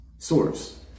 Source